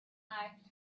neigt